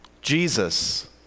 Jesus